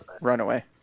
runaway